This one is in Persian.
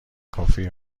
کافه